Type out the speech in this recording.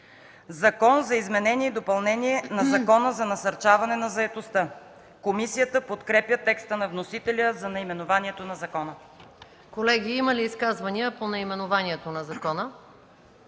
„Закон за изменение и допълнение на Закона за насърчаване на заетостта” Комисията подкрепя текста на вносителя за наименованието на закона. ПРЕДСЕДАТЕЛ МАЯ МАНОЛОВА: Има ли изказвания по наименованието на закона?